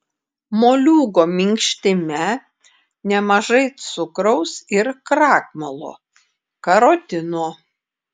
moliūgo minkštime nemažai cukraus ir krakmolo karotino